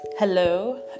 Hello